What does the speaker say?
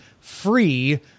free